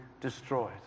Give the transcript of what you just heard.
destroyed